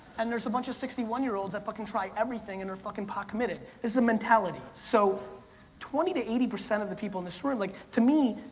and there's a bunch of sixty one year olds that fucking try everything and they're fucking pot-committed. this is a mentality, so twenty to eighty percent of the people in this room, like, to me,